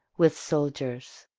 with soldiers.